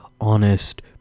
honest